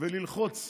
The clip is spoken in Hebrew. וללחוץ